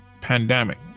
pandemic